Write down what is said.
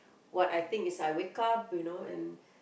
what I think is I wake up you know and